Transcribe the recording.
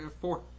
four